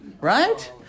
right